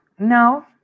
No